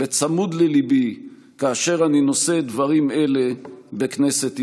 צמוד לליבי, כאשר אני נושא דברים אלה בכנסת ישראל.